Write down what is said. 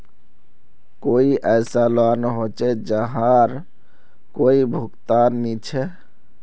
कोई ऐसा लोन होचे जहार कोई भुगतान नी छे?